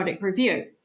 Review